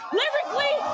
lyrically